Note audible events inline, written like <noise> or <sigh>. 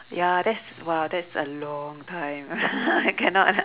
ya that's !wow! that's a long time <laughs> I cannot <laughs>